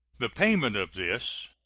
the payment of this,